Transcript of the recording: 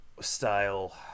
style